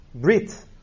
B'rit